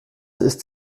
ist